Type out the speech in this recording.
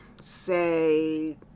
say